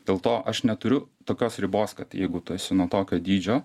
dėl to aš neturiu tokios ribos kad jeigu tu esi nuo tokio dydžio